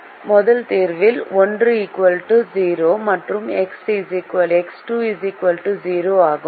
முதல் தீர்வு எக்ஸ் 1 0 மற்றும் எக்ஸ் 2 0 ஆகும்